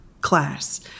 class